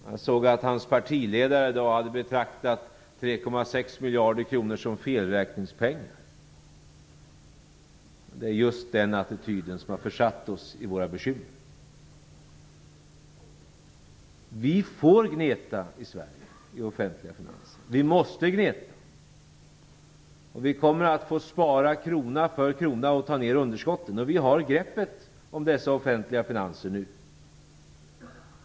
Jag såg att hans partiledare i dag betraktat 3,6 miljarder kronor som felräkningspengar. Det är just den attityden som har försatt oss i bekymmer. Vi i Sverige får gneta i de offentliga finanserna, och vi måste gneta. Vi kommer att få spara krona för krona och ta ner underskotten, och vi har nu greppet om dessa offentliga finanser.